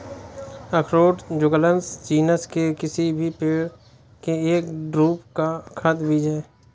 अखरोट Juglans genus के किसी भी पेड़ के एक ड्रूप का खाद्य बीज है